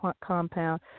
compound